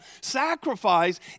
Sacrifice